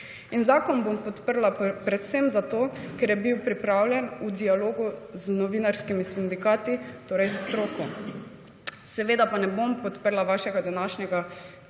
Zakon bom podprla predvsem zato, ker je bil pripravljen v dialogu z novinarskimi sindikati, torej s stroko. Seveda pa ne bom podprla vašega današnjega